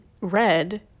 red